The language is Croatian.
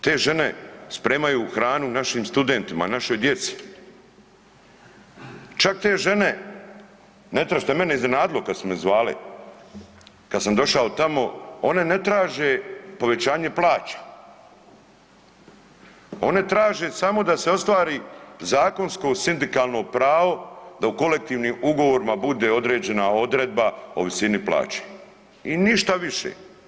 Te žene spremaju hranu naših studentima, našoj djeci, čak te žene ne traže, što je mene iznenadilo kad ste me zvali, kad sam došao tamo one ne traže povećanje plaća, one traže samo da se ostvari zakonsko sindikalno pravo da u kolektivnim ugovorima bude određena odredba o visini plaće i ništa više.